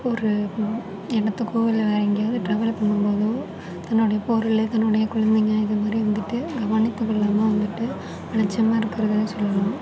ஒரு இடத்துக்கோ இல்லை வேறே எங்கேயாவது ட்ராவல் பண்ணும் போதோ தன்னுடைய பொருள் தன்னுடைய குழந்தைங்க இதை மாதிரி வந்துட்டு கவனித்து கொள்ளாமல் வந்துட்டு அலட்சியமா இருக்கிறத சொல்லலாம்